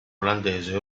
olandese